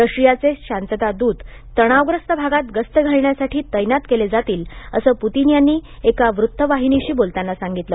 रशियाचे शांततादूत तणावग्रस्त भागांत गस्त घालण्यासाठी तैनात केले जातील असं पुतिन यांनी एका वृत्तवाहिनीशी बोलताना सांगितलं